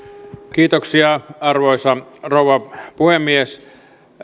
kiitoksia arvoisa rouva puhemies